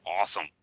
awesome